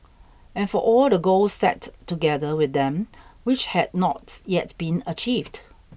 and for all the goals set together with them which had not yet been achieved